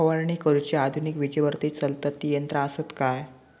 फवारणी करुची आधुनिक विजेवरती चलतत ती यंत्रा आसत काय?